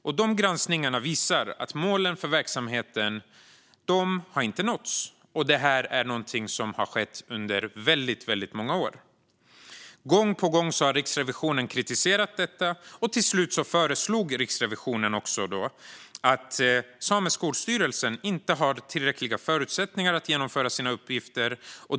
Dessa granskningar visar att målen för verksamheten inte har nåtts. Detta är någonting som har skett under väldigt många år. Gång på gång har Riksrevisionen kritiserat detta, och till slut fastslog Riksrevisionen att Sameskolstyrelsen inte har tillräckliga förutsättningar att genomföra sina uppgifter.